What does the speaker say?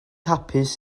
hapus